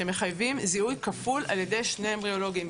שמחייבים זיהוי כפול על ידי שני אמבריולוגים.